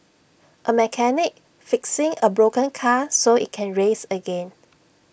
A mechanic fixing A broken car so IT can race again